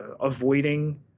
avoiding